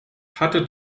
hatte